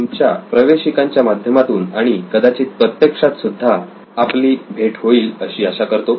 तुमच्या प्रवेशिकांच्या माध्यमातून आणि कदाचित प्रत्यक्षात सुद्धा आपली भेट होईल अशी आशा करतो